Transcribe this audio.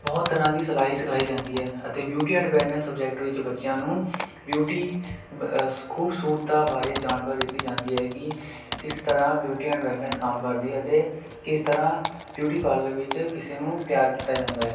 ਬਹੁਤ ਤਰ੍ਹਾਂ ਦੀ ਸਿਲਾਈ ਸਿਖਾਈ ਜਾਂਦੀ ਹੈ ਅਤੇ ਬਿਊਟੀ ਐਂਡ ਵੈਲਨੈਸ ਸਬਜੈਕਟ ਵਿੱਚ ਬੱਚਿਆਂ ਨੂੰ ਬਿਊਟੀ ਖੂਬਸੂਰਤਾ ਬਾਰੇ ਜਾਣਕਾਰੀ ਦਿੱਤੀ ਜਾਂਦੀ ਹੈ ਕਿ ਕਿਸ ਤਰ੍ਹਾਂ ਬਿਊਟੀ ਐਂਡ ਵੈਲਨੈਸ ਕੰਮ ਕਰਦੀ ਹੈ ਅਤੇ ਕਿਸ ਤਰ੍ਹਾਂ ਬਿਊਟੀ ਪਾਰਲਰ ਵਿੱਚ ਕਿਸੇ ਨੂੰ ਤਿਆਰ ਕੀਤਾ ਜਾਂਦਾ ਹੈ